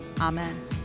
Amen